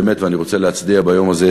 ואני רוצה להצדיע להם ביום הזה,